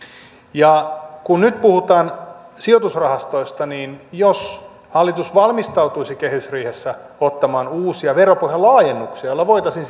ja kun nyt puhutaan sijoitusrahastoista niin jos hallitus valmistautuisi kehysriihessä ottamaan uusia veropohjan laajennuksia joilla voitaisiin